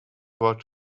world